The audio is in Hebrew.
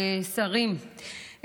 שרים,